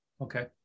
Okay